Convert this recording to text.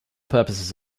purposes